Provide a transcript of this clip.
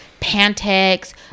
Pantex